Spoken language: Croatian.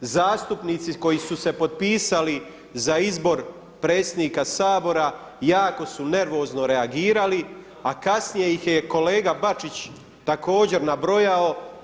Zastupnici koji su se potpisali za izbor predsjednika Sabora jako su nervozno reagirali, a kasnije ih je kolega Bačić također nabrojao.